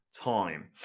time